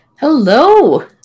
Hello